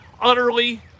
utterly